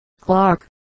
Clark